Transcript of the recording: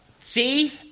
See